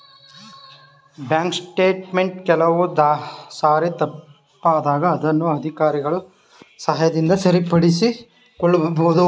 bank statement ಕೆಲವು ಸಾರಿ ತಪ್ಪಾದಾಗ ಅದನ್ನು ಅಧಿಕಾರಿಗಳ ಸಹಾಯದಿಂದ ಸರಿಪಡಿಸಿಕೊಳ್ಳಬಹುದು